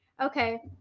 Okay